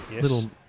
little